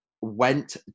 went